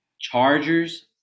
Chargers